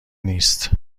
نیست